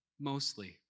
mostly